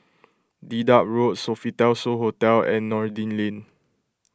Dedap Road Sofitel So Hotel and Noordin Lane